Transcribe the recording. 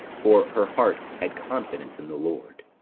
for her heart had confidence in the lord.